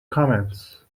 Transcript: comments